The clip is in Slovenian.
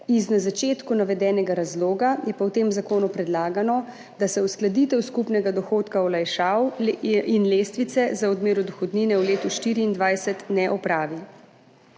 Iz na začetku navedenega razloga pa je v tem zakonu predlagano, da se uskladitev skupnega dohodka olajšav in lestvice za odmero dohodnine v letu 2024 ne opravi.